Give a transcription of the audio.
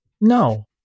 no